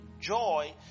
joy